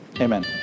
Amen